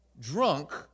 Drunk